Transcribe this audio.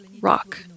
rock